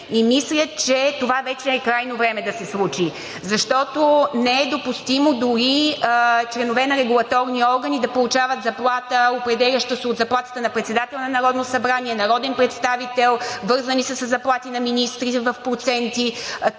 мисля, че това вече е крайно време да се случи, защото не е допустимо дори членове на регулаторни органи да получават заплата, определяща се от заплатите на председател на Народното събрание, народен представител, вързани са със заплати на министри в проценти.